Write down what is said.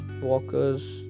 walkers